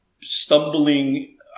stumbling